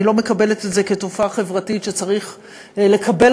אני לא מקבלת את זה כתופעה חברתית שצריך לקבל